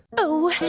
oh,